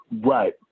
Right